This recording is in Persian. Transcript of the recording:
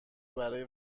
برای